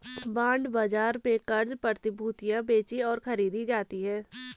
bond बाजार में क़र्ज़ प्रतिभूतियां बेचीं और खरीदी जाती हैं